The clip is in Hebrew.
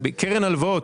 קרן הלוואות.